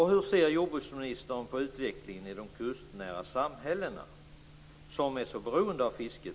Hur ser jordbruksministern på utvecklingen i de kustnära samhällena, som är så beroende av fisket?